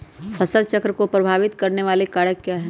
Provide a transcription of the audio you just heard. फसल चक्र को प्रभावित करने वाले कारक क्या है?